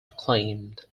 acclaimed